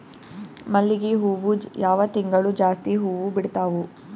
ಮಲ್ಲಿಗಿ ಹೂವು ಯಾವ ತಿಂಗಳು ಜಾಸ್ತಿ ಹೂವು ಬಿಡ್ತಾವು?